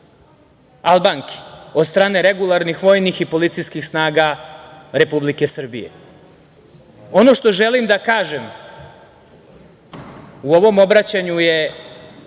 Albanki od strane regularnih vojnih i policijskih snaga Republike Srbije. Ono što želim da kažem, u ovom obraćanju je